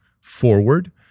forward